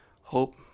Hope